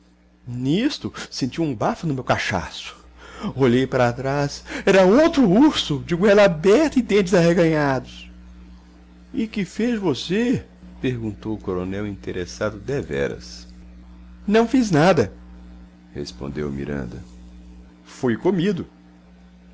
nisto senti um bafo no meu cachaço olhei para trás era outro urso de goela aberta e dentes arreganhados e que fez você perguntou o coronel interessado deveras não fiz nada respondeu o miranda fui comido